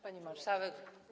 Pani Marszałek!